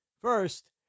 First